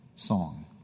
song